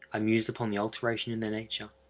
i mused upon the alteration in their nature.